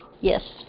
Yes